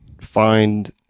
find